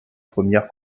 premières